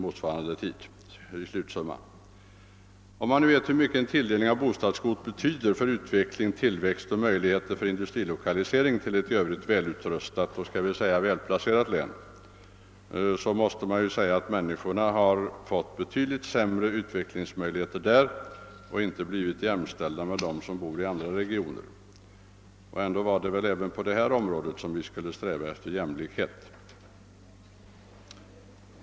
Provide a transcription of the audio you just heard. Om man nu vet hur mycket en tilldelning av bostadskvot betyder för utveckling, tillväxt och möjligheter för indu strilokalisering till ett i övrigt välutrustat och, kan man väl påstå, välplacerat län, så måste man säga att människorna i detta län har fått betydligt sämre utvecklingsmöjligheter och inte blivit jämställda med dem som bor i andra regioner. Och ändå var det väl även på detta område som vi skulle sträva efter ökad jämlikhet.